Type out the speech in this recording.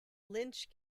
lynch